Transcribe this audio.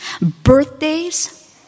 birthdays